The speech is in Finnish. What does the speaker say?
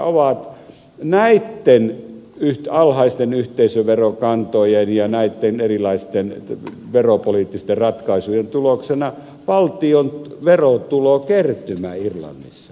nimittäin mikä on näitten alhaisten yhteisöverokantojen ja näitten erilaisten veropoliittisten ratkaisujen tuloksena valtion verotulokertymä irlannissa